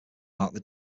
marked